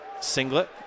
singlet